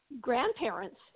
grandparents